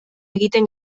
egiten